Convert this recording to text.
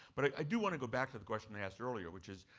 but i do want to go back to the question i asked earlier, which is,